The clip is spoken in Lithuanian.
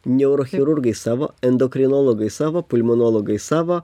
neurochirurgai savo endokrinologai savo pulmonologai savo